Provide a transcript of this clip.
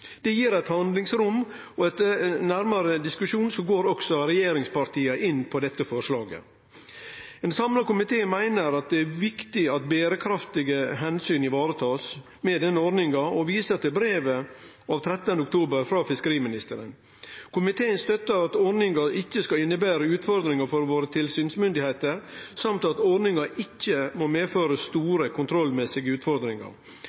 Det gir eit handlingsrom, og etter nærmare diskusjon går også regjeringspartia inn på dette forslaget. Ein samla komité meiner at det er viktig at berekraftige omsyn blir varetatte med denne ordninga, og viser til brevet av 13. oktober frå fiskeriministeren. Komiteen støttar at ordninga ikkje skal innebere utfordringar for våre tilsynsmyndigheiter, og dessutan at ordninga ikkje må medføre store kontrollmessige utfordringar,